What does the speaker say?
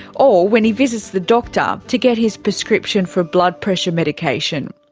or when he visits the doctor to get his prescription for blood pressure medication.